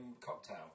Cocktail